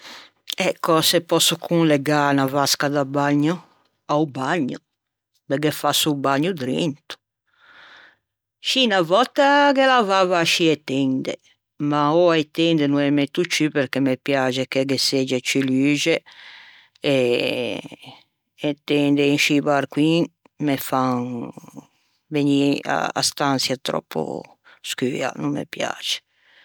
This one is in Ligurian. E cöse pòsso conlegâ a vasca da bagno? A-o bagno, me ghe fasso o bagno drento. Scì unna vòtta ghe lavava ascì e tende ma oua e tende no ê metto ciù perché me piaxe che ghe segge ciù luxe e e tende in scî barcoin me fan vegnî a stançia tròppo scua, no me piaxe.